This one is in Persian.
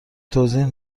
توضیح